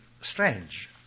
strange